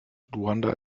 luanda